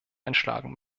einschlagen